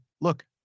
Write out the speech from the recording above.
look